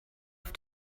auf